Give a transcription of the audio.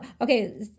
okay